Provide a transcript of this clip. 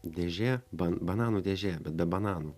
dėžė ban bananų dėžė bet be bananų